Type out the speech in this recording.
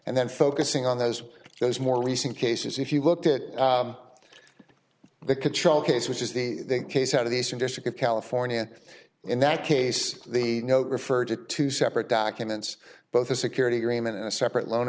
and then focusing on those those more recent cases if you looked at the control case which is the case out of the eastern district of california in that case the note referred to two separate documents both a security agreement and a separate loan